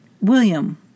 William